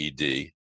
ED